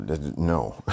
no